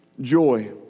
joy